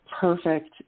perfect